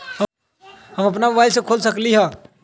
हम अपना मोबाइल से खोल सकली ह?